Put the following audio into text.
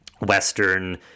Western